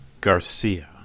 Garcia